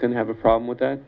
can have a problem with that